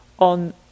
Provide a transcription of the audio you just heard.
on